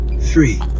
Three